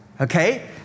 Okay